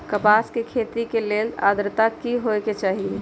कपास के खेती के लेल अद्रता की होए के चहिऐई?